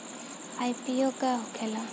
IPO का होखेला?